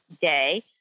day